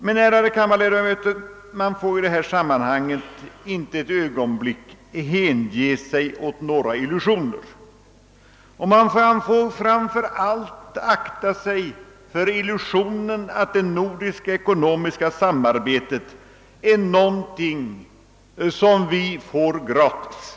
Men, ärade kammarledamöter, man får i detta sammanhang inte ett ögonblick hänge sig åt några illusioner. Man får framför allt akta sig för illusionen att det nordiska ekonomiska samarbetet är någonting som vi får gratis.